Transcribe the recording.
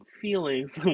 feelings